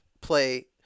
play